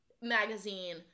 magazine